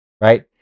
right